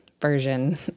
version